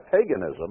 paganism